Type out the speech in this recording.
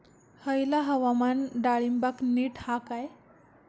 हयला हवामान डाळींबाक नीट हा काय?